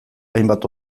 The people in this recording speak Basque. hainbat